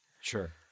sure